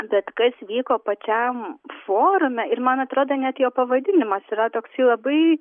bet kas vyko pačiam forume ir man atrodo net jo pavadinimas yra toksai labai